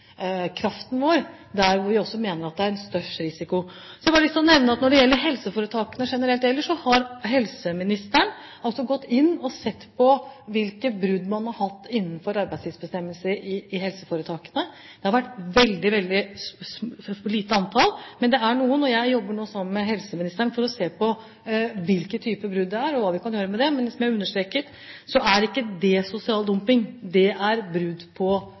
vår der vi mener at det er størst risiko. Så har jeg bare lyst til å nevne at når det gjelder helseforetakene generelt, har helseministeren gått inn og sett på hvilke brudd man har hatt på arbeidstidsbestemmelsene i helseforetakene. Det har vært et veldig, veldig lite antall, men det er noen. Jeg jobber nå sammen med helseministeren for å se på hvilke typer brudd det er, og hva vi kan gjøre med det. Men som jeg understreket, er ikke det sosial dumping. Det er eventuelt brudd på